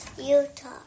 Utah